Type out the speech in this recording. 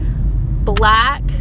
black